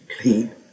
clean